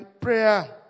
prayer